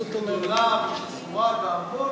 היא גדולה ושזורה בהמון